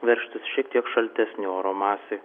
veržtis šiek tiek šaltesnio oro masė